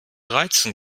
reizen